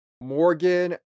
Morgan